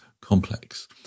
complex